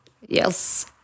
Yes